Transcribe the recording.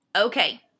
Okay